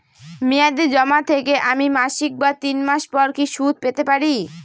মেয়াদী জমা থেকে আমি মাসিক বা তিন মাস পর কি সুদ পেতে পারি?